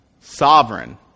Sovereign